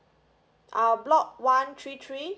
ah block one three three